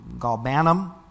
galbanum